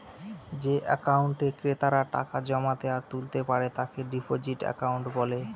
যে একাউন্টে ক্রেতারা টাকা জমাতে আর তুলতে পারে তাকে ডিপোজিট একাউন্ট বলে